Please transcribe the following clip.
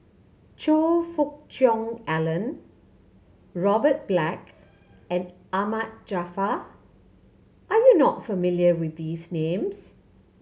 Choe Fook Cheong Alan Robert Black and Ahmad Jaafar are you not familiar with these names